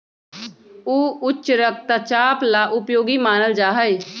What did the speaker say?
ऊ उच्च रक्तचाप ला उपयोगी मानल जाहई